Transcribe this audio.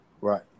Right